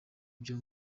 ibyo